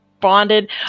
bonded